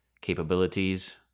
capabilities